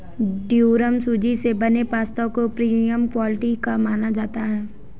durum सूजी से बने पास्ता को प्रीमियम क्वालिटी का माना जाता है